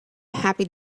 happy